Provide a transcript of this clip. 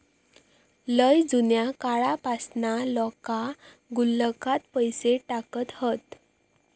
लय जुन्या काळापासना लोका गुल्लकात पैसे टाकत हत